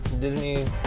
Disney